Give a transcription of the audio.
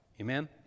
Amen